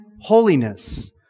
holiness